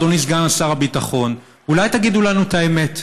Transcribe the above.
אדוני סגן שר הביטחון: אולי תגידו לנו את האמת?